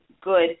good